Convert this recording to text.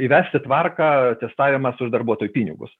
įvesti tvarką testavimas už darbuotojų pinigus